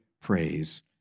praise